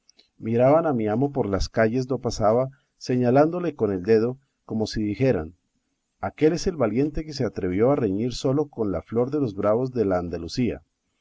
miraban a mi amo por las calles do pasaba señalándole con el dedo como si dijeran aquél es el valiente que se atrevió a reñir solo con la flor de los bravos de la andalucía